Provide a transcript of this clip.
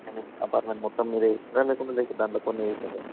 కానీ అపార్ట్మెంట్ మొత్తం మీద వేసారా లేకుంటే అయితే దాంట్లో కొన్ని వేసారా